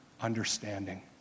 understanding